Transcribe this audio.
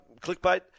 clickbait